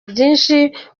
byinshi